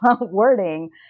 wording